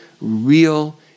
real